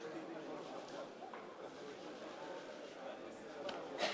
מצביע